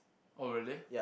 oh really